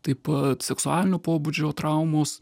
taip pat seksualinio pobūdžio traumos